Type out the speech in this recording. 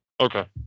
Okay